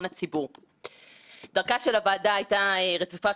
חברי הכנסת ואני עשר שנים פה בעבודות שונות בכנסת